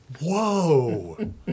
Whoa